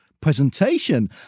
presentation